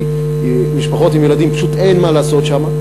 כי למשפחות עם ילדים פשוט אין מה לעשות שם,